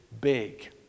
big